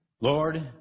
Lord